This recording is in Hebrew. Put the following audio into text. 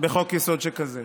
בחוק-יסוד שכזה.